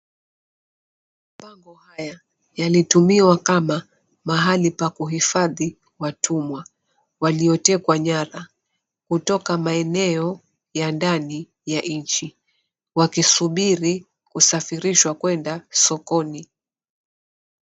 Mapango haya yalitumiwa kama mahali pa kuhifadhi watumwa waliotekwa nyara kutoka maeneo ya ndani ya nchi wakisubiri kusafirishwa kuenda sokoni.